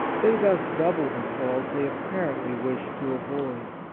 they thus double the fault they apparently wish to avoid.